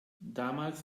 damals